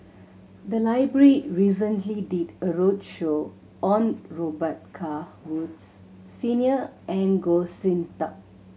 the library recently did a roadshow on Robet Carr Woods Senior and Goh Sin Tub